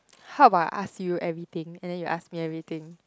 how about I ask you everything and then you ask me everything